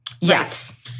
Yes